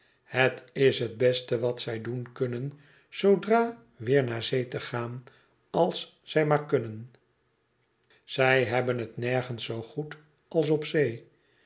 het is het beste wat zij doen kunnen zoodra weer naar zee te gaan als zij maar kunnen zij hebben het nergens zoo goed als op zee